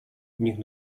niech